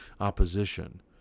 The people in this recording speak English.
opposition